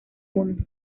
mundo